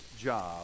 job